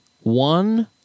one